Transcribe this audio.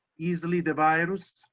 easily the virus?